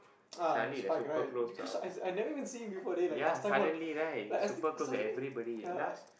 ah spike right because I I never even see him before then he like last time all like I say suddenly uh